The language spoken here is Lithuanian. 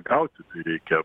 gauti tai reikia